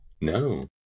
No